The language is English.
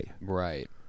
Right